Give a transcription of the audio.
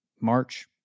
March